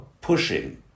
pushing